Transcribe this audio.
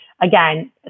again